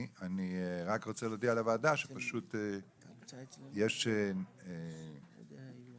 אני רוצה לומר לכם שאפו בשם אזרחי מדינת ישראל על תקופת הביטחון.